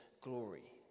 glory